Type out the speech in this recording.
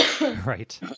right